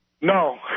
No